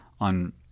on